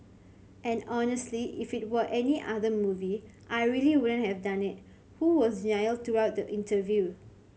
and honestly if it were any other movie I really wouldn't have done it who was genial throughout the interview